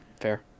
fair